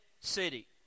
city